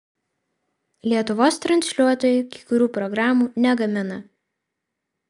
lietuvos transliuotojai kai kurių programų negamina